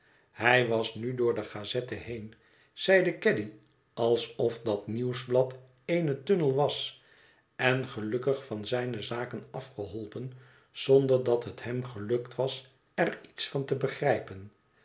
hij was nu door de gazette heen zeide caddy alsof dat nieuwsblad eene tunnel was en gelukkig van zijne zaken afgeholpen zonder dat het hem gelukt was er iets van te begrijpen